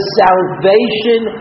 salvation